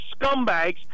scumbags